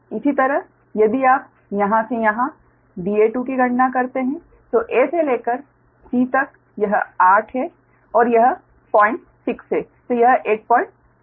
इसी तरह यदि आप यहां से यहां Da2 की गणना करते हैं तो a से लेकर c तक यह 8 है और यह 06 है